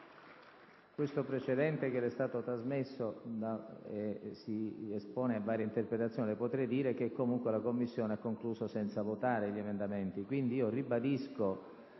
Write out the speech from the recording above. questo precedente che le è stato trasmesso si espone a varie interpretazioni, e le potrei dire che comunque la Commissione ha concluso i propri lavori senza votare gli emendamenti.